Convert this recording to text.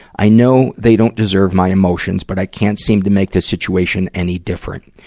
i know they don't deserve my emotions, but i can't seem to make the situation any different.